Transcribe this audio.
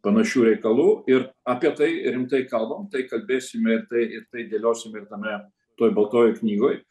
panašių reikalų ir apie tai rimtai kalbam tai kalbėsime ir tai ir tai dėliosime ir tame toj baltojoj knygoj